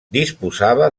disposava